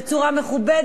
בצורה מכובדת,